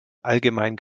allgemein